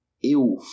eu